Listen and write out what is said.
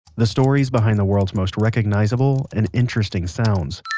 the stories behind the world's most recognizable and interesting sounds.